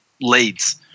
leads